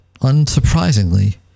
unsurprisingly